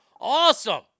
Awesome